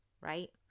right